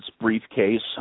briefcase